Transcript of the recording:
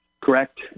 Correct